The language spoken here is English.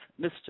mr